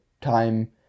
time